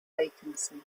vacancy